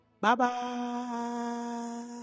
Bye-bye